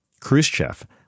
Khrushchev